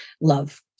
love